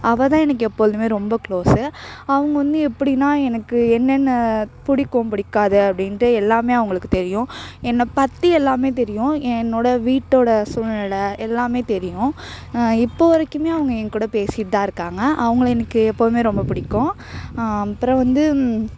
அவள்தான் எனக்கு எப்பொழுதும் ரொம்ப க்ளோஸு அவங்க வந்து எப்படினா எனக்கு என்னென்ன பிடிக்கும் பிடிக்காது அப்படின்ட்டு எல்லாம் அவங்களுக்கு தெரியும் என்னை பற்றி எல்லாம் தெரியும் என்னோட வீட்டோட சூழ்நிலை எல்லாம் தெரியும் இப்போது வரைக்கும் அவங்க எங்கூட பேசிட்டுதான் இருக்காங்க அவங்களை எனக்கு எப்போதும் ரொம்ப பிடிக்கும் அப்பறம் வந்து